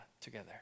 together